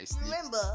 Remember